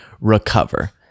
recover